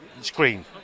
screen